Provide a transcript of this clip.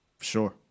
Sure